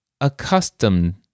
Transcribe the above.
accustomed